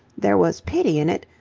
there was pity in it,